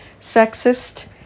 sexist